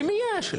למי יש.